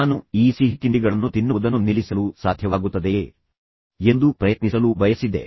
ನಾನು ಈ ಸಿಹಿತಿಂಡಿಗಳನ್ನು ತಿನ್ನುವುದನ್ನು ನಿಲ್ಲಿಸಲು ಸಾಧ್ಯವಾಗುತ್ತದೆಯೇ ಎಂದು ಪ್ರಯತ್ನಿಸಲು ಬಯಸಿದ್ದೆ